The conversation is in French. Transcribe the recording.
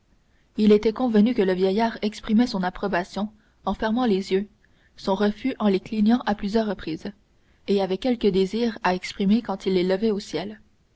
il était convenu que le vieillard exprimait son approbation en fermant les yeux son refus en les clignant à plusieurs reprises et avait quelque désir à exprimer quand il les levait au ciel